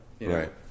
right